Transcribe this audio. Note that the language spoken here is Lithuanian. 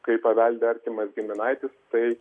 kai paveldi artimas giminaitis tai